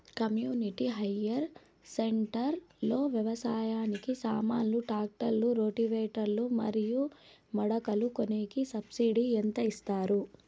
community hire centre లో వ్యవసాయానికి సామాన్లు ట్రాక్టర్లు రోటివేటర్ లు మరియు మడకలు కొనేకి సబ్సిడి ఎంత ఇస్తారు